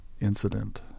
incident